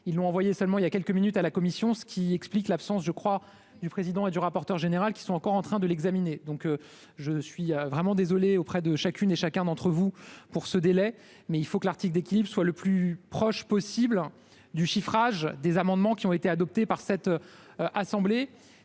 ils l'ont envoyé seulement il y a quelques minutes à la commission, ce qui explique l'absence je crois du président et du rapporteur général qui sont encore en train de l'examiner, donc je suis vraiment auprès de chacune et chacun d'entre vous pour ce délai mais il faut que l'article d'équilibre soit le plus proche possible du chiffrage des amendements qui ont été adoptées par cette assemblée,